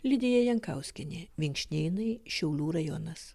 lidija jankauskienė vinkšnėnai šiaulių rajonas